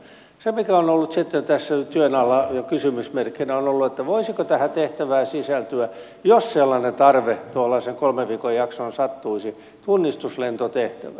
se mikä on ollut tässä nyt työn alla ja kysymysmerkkinä on ollut että voisiko tähän tehtävään sisältyä jos sellainen tarve tuollaisen kolmen viikon jaksoon sattuisi tunnistuslentotehtävää